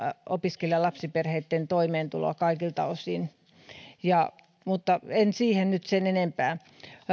opiskelijalapsiperheitten toimeentuloa kaikilta osin mutta en siihen puutu nyt sen enempää